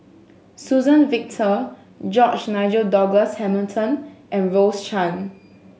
Suzann Victor George Nigel Douglas Hamilton and Rose Chan